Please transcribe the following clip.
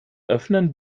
öffnen